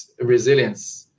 resilience